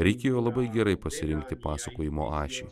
reikėjo labai gerai pasirinkti pasakojimo ašį